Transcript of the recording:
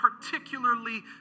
particularly